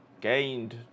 gained